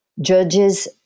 Judges